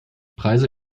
preise